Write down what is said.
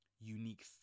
unique